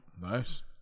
Nice